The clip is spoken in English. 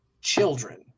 children